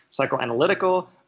psychoanalytical